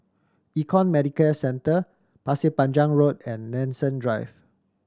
Econ Medicare Centre Pasir Panjang Road and Nanson Drive